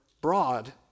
broad